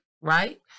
right